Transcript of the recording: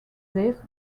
this